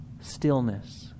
stillness